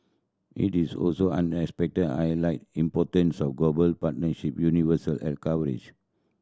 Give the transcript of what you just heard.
he is also unexpected highlight the importance of global partnership universal health coverage